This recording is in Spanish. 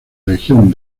legión